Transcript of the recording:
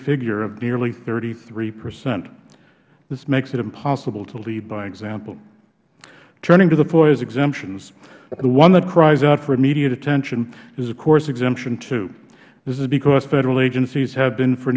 figure of nearly thirty three percent this makes it impossible to lead by example turning to the foia's exemptions the one that cries out for immediate attention is of course exemption two this is because federal agencies have been for